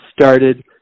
started